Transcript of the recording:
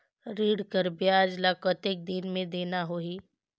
ऋण कर ब्याज ला कतेक दिन मे देना होही?